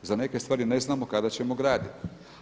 Za neke stvari ne znamo kada ćemo graditi.